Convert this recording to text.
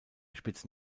spitze